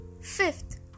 Fifth